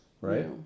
right